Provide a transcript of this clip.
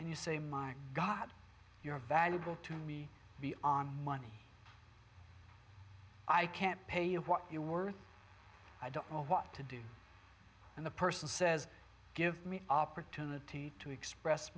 and you say my god you're valuable to me be on money i can't pay you what you're worth i don't know what to do and the person says give me opportunity to express